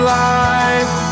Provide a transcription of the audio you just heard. life